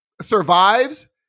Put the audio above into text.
survives